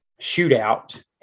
shootout